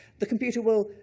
the computer will,